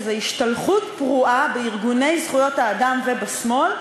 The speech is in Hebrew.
שזה השתלחות פרועה בארגוני זכויות האדם ובשמאל,